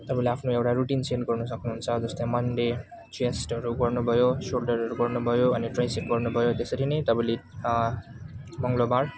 तपाईँले आफ्नो एउटा रुटिन सेन्ड गर्न सक्नुहुन्छ जस्तै मन्डे चेस्टहरू गर्नुभयो सोलडरहरू गर्नुभयो अनि फ्रेनचेक गर्नुभयो त्यसरी नै मङ्गलबार